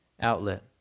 outlet